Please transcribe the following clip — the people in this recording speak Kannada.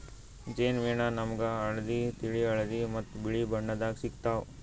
ಜೇನ್ ಮೇಣ ನಾಮ್ಗ್ ಹಳ್ದಿ, ತಿಳಿ ಹಳದಿ ಮತ್ತ್ ಬಿಳಿ ಬಣ್ಣದಾಗ್ ಸಿಗ್ತಾವ್